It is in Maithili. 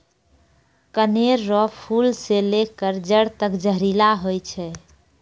कनेर रो फूल से लेकर जड़ तक जहरीला होय छै